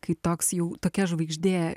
kai toks jau tokia žvaigždė